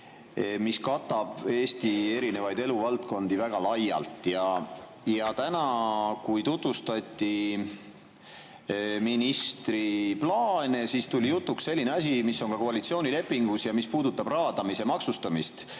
mis katab Eesti erinevaid eluvaldkondi väga laialt. Täna, kui tutvustati ministri plaane, tuli jutuks selline asi, mis on ka koalitsioonilepingus ja mis puudutab raadamise maksustamist.